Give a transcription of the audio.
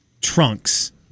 trunks